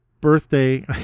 birthday